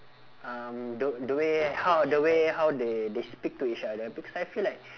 um the the way how the way how they they speak to each other because I feel like